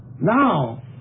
Now